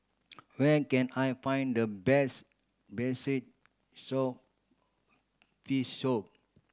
where can I find the best braised soap fin soup